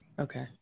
okay